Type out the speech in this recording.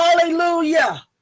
hallelujah